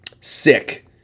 sick